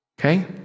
Okay